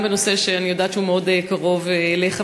גם היא בנושא שאני יודעת שהוא קרוב אליך,